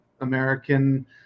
American